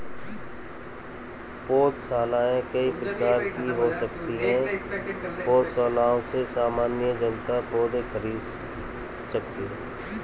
पौधशालाएँ कई प्रकार की हो सकती हैं पौधशालाओं से सामान्य जनता पौधे खरीद सकती है